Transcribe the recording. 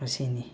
ꯃꯁꯤꯅꯤ